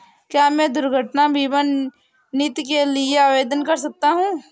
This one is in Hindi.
क्या मैं दुर्घटना बीमा नीति के लिए आवेदन कर सकता हूँ?